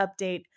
update